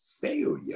failure